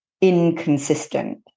inconsistent